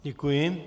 Děkuji.